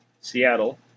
Seattle